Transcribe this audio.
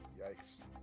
Yikes